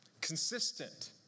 consistent